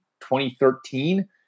2013